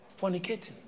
fornicating